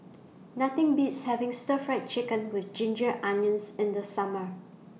Nothing Beats having Stir Fried Chicken with Ginger Onions in The Summer